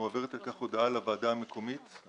מועברת על כך הודעה לוועדה המקומות-מקצועית.